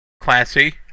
Classy